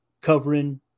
covering